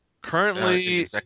Currently